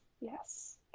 yes